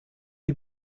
die